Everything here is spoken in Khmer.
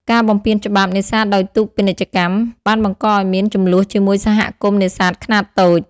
ការបំពានច្បាប់ នេសាទដោយទូកពាណិជ្ជកម្ម បានបង្កឱ្យមានជម្លោះជាមួយសហគមន៍នេសាទខ្នាតតូច។